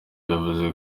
yavuze